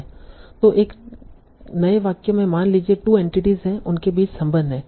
तो एक नए वाक्य में मान लीजिए 2 एंटिटीस हैं उनके बीच संबंध है